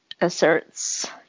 asserts